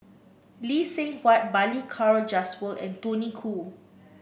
Lee Seng Huat Balli Kaur Jaswal and Tony Khoo